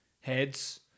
heads